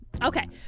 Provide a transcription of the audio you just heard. Okay